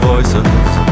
voices